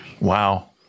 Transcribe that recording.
Wow